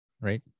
Right